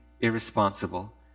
irresponsible